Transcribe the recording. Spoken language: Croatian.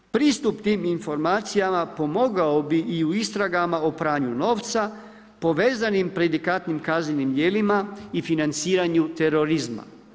Pristup tim informacijama pomogao bi i u istragama o pranju novca, povezanim preidikatnim kaznenim djelima i financiranju terorizma.